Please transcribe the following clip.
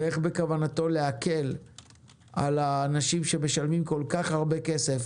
ואיך בכוונתו להקל על האנשים שמשלמים כל כך הרבה כסף,